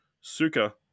Suka